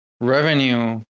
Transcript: revenue